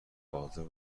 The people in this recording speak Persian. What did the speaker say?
آزار